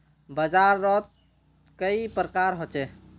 बाजार त कई प्रकार होचे?